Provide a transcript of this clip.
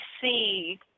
see